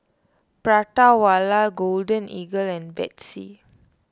Prata Wala Golden Eagle and Betsy